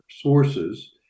sources